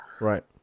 Right